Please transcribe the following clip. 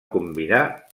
convidar